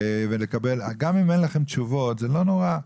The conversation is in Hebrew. גם אם אין לכם תשובות, זה לא נורא.